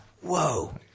whoa